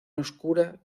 oscura